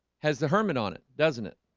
has the hermit on it, doesn't it?